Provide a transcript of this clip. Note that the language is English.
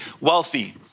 wealthy